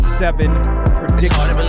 seven